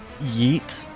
yeet